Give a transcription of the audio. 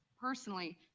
personally